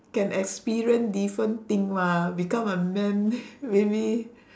can experience different thing mah become a man maybe